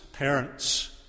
Parents